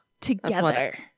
Together